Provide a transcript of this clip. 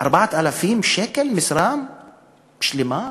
4,000 שקלים במשרה מלאה,